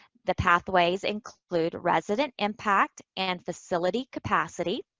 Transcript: the pathways include resident impact and facility capacity.